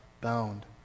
bound